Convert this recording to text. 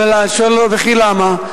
שאלתי אותו: וכי למה?